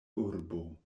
urbo